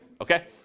Okay